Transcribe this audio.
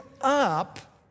up